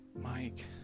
Mike